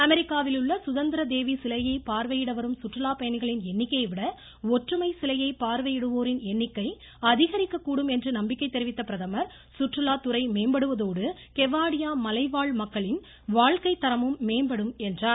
அமெரிக்காவில் உள்ள சுதந்திரதேவி சிலையை பார்வையிடவரும் சுற்றுலா பயணிகளின் எண்ணிக்கையைவிட ஒற்றுமை சிலையை பார்வையிடுவோரின் எண்ணிக்கை அதிகரிக்கக்கூடும் என்று நம்பிக்கை தெரிவித்த பிரதமர் சுற்றுலா துறை மேம்படுவதோடு கெவாடியா மலைவாழ் மக்களின் வாழ்க்கை தரமும் மேம்படும் என்றார்